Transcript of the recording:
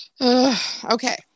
okay